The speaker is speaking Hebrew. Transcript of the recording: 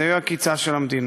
זה יהיה קצה של המדינה.